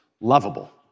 lovable